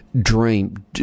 dream